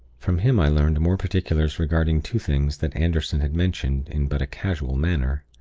from him i learned more particulars regarding two things that anderson had mentioned in but a casual manner.